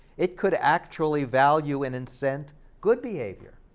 it could actually value and incent good behavior.